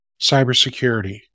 cybersecurity